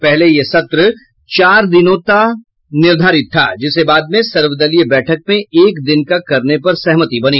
पहले यह सत्र चार दिनों का निर्धारित था जिसे बाद में सर्वदलीय बैठक में एक दिन का करने पर सहमति बनी